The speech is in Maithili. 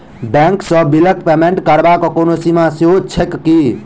बैंक सँ बिलक पेमेन्ट करबाक कोनो सीमा सेहो छैक की?